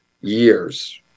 years